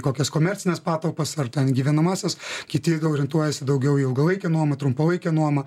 kokias komercines patalpas ar ten gyvenamąsias kiti orientuojasi daugiau į ilgalaikę nuomą trumpalaikę nuomą